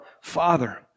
Father